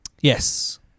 Yes